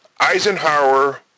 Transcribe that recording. Eisenhower